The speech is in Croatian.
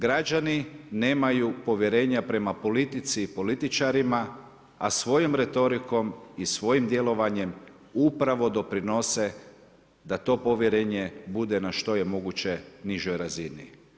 Građani nemaju povjerenja prema politici i političarima, a svojom retorikom i svojim djelovanjem upravo doprinose da to povjerenje bude na što je moguće nižoj razini.